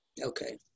Okay